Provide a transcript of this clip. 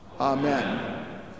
Amen